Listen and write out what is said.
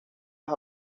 las